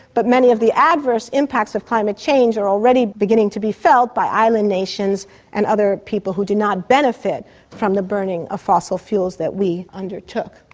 but many of the adverse impacts of climate change are already beginning to be felt by island nations and other people who do not benefit from the burning of fossil fuels that we undertook.